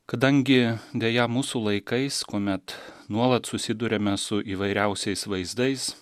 kadangi deja mūsų laikais kuomet nuolat susiduriame su įvairiausiais vaizdais